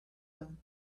him